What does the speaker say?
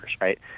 right